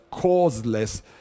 causeless